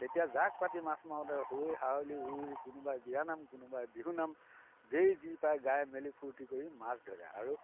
তেতিয়া জাক পাতি মাছ মাৰোঁতে হৈ হাৰলি উৰুলি কোনোবাই বিয়া নাম কোনোবাই বিহু নাম যেই যি পায় গাই মেলি ফূৰ্তি কৰি মাছ ধৰে আৰু